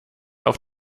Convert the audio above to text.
auf